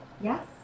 Yes